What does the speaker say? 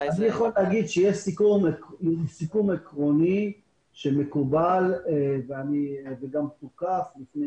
אני יכול לומר שיש סיכום עקרוני שמקובל וגם תוקף לפני